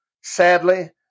Sadly